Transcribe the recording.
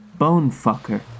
Bonefucker